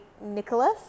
Nicholas